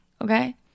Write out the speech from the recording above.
okay